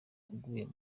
waguye